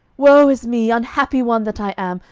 woe is me, unhappy one that i am!